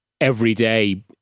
everyday